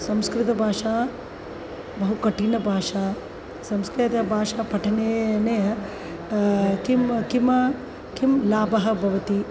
संस्कृतभाषा बहु कठिनभाषा संस्कृतभाषापठने किं किं किं लाभः भवति